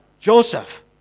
Joseph